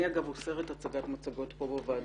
אני אוסרת הצגת מצגות פה בוועדה,